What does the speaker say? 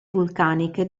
vulcaniche